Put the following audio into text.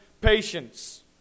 patience